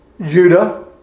Judah